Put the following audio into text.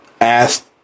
asked